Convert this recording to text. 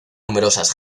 numerosas